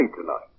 tonight